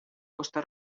costa